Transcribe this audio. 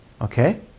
Okay